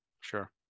Sure